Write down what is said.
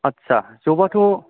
आथसा जबाथ'